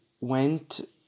went